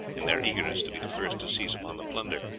in their eagerness to be the first to seize upon the plunder.